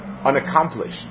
Unaccomplished